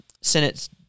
Senate